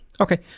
Okay